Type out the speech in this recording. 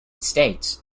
states